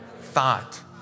thought